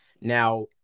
now